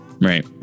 Right